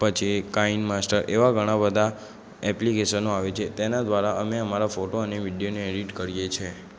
પછી કાઈનમાસ્ટર એવા ઘણા બધા એપ્લિકેશનો આવે છે તેના દ્વારા અમે અમારા ફોટો અને વિડ્યોને એડિટ કરીએ છે